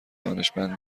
دانشمند